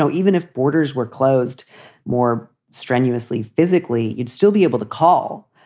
so even if borders were closed more strenuously physically, you'd still be able to call.